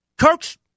Kirk's